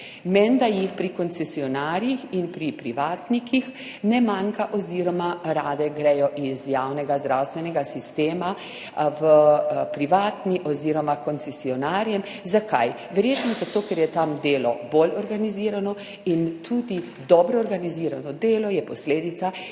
Menda jih pri koncesionarjih in pri privatnikih ne manjka oziroma rade gredo iz javnega zdravstvenega sistema v privatni oziroma h koncesionarjem. Zakaj? Verjetno zato, ker je tam delo bolj organizirano in je dobro organizirano delo posledica